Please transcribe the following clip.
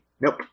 Nope